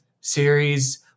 series